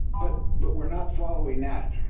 but but we're not following that.